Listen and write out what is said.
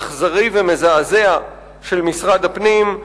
אכזרי ומזעזע של משרד הפנים,